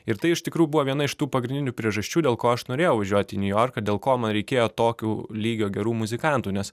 ir tai iš tikrųjų buvo viena iš tų pagrindinių priežasčių dėl ko aš norėjau važiuot į niujorką dėl ko man reikėjo tokių lygio gerų muzikantų nes